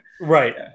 Right